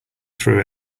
through